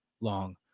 long